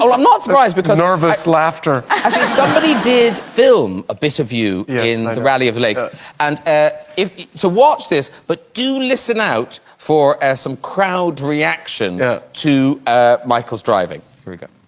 i'm not surprised because nervous laughter somebody did film a bit of you in the rally of lakes and if to watch this but do listen out for air some crowd reaction to ah michael's driving yeah,